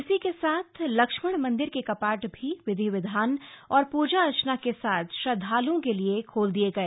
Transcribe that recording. इसी के साथ लक्ष्मण लोकपाल मंदिर के कपाट भी विधि विधान और पूजा अर्चना के साथ श्रद्धाल्ओं के लिए खोल दिये गए